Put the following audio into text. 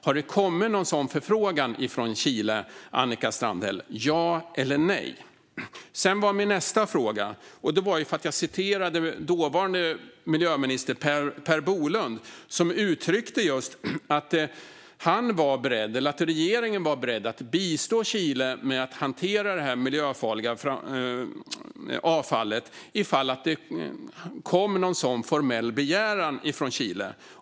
Har det kommit någon sådan förfrågan från Chile, Annika Strandhäll - ja eller nej? Min nästa fråga föranleddes av ett citat från dåvarande miljöminister Per Bolund, som uttryckte att regeringen var beredd att bistå Chile med att hantera det här miljöfarliga avfallet ifall det kom en sådan formell begäran från Chile.